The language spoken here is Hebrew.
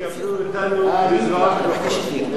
תקבלו אותנו בזרועות פתוחות.